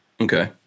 okay